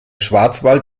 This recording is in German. schwarzwald